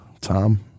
Tom